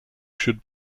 should